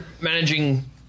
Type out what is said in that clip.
managing